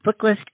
Booklist